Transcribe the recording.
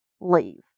Leave